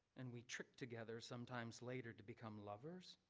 and we trick together sometimes later to become lovers.